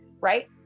right